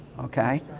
okay